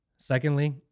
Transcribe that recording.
Secondly